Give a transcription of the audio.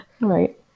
Right